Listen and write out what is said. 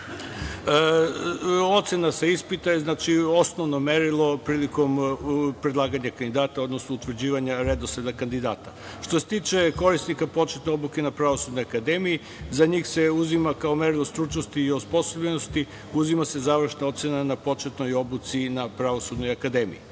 sa ispita je osnovno merilo prilikom predlaganja kandidata, odnosno utvrđivanja redosleda kandidata. Što se tiče korisnika početne obuke na Pravosudnoj akademiji za njih se uzima kao merilo stručnosti i osposobljenosti, uzima se završna ocena na početnoj obuci na Pravosudnoj akademiji.